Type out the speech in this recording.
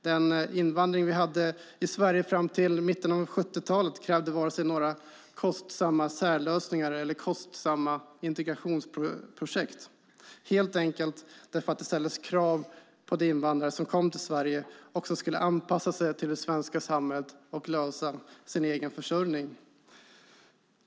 Den invandring som vi hade till Sverige fram till mitten av 70-talet krävde varken några kostsamma särlösningar eller kostsamma integrationsprojekt helt enkelt därför att det ställdes krav på att invandrare som kom till Sverige också skulle anpassa sig till det svenska samhället och lösa sin egen försörjning.